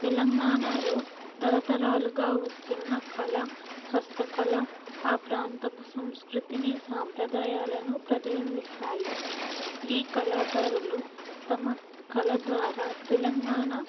తెలంగాణలో తరతరాలుగా వస్తున్న కళ హస్తకళ ఆ ప్రాంతపు సంస్కృతిని సాంప్రదాయాలను ప్రతిబింబిస్తాయి ఈ కళాకారులు తమ కళ ద్వారా తెలంగాణ